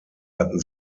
hatten